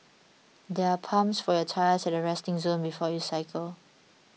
there are pumps for your tyres at the resting zone before you cycle